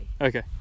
Okay